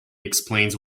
explains